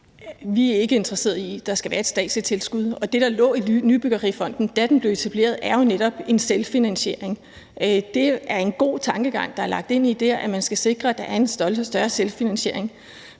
Vi er ikke interesserede i, at der skal være et statsligt tilskud. Og det, der lå i Nybyggerifonden, da den blev etableret, er jo netop en selvfinansiering. Det er en god tankegang, der er lagt ind der, nemlig at man skal sikre, at der er en større selvfinansiering.